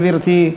גברתי.